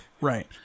Right